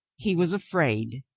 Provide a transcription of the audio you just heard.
he was afraid.